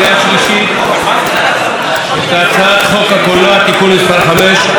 שלישית את הצעת חוק הקולנוע (תיקון מס' 5),